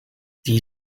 die